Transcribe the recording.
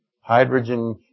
Hydrogen